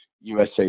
USA